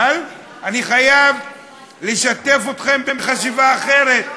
אבל אני חייב לשתף אתכם בחשיבה אחרת.